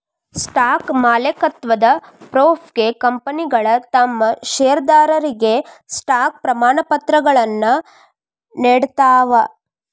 stock ಮಾಲೇಕತ್ವದ ಪ್ರೂಫ್ಗೆ ಕಂಪನಿಗಳ ತಮ್ ಷೇರದಾರರಿಗೆ ಸ್ಟಾಕ್ ಪ್ರಮಾಣಪತ್ರಗಳನ್ನ ನೇಡ್ತಾವ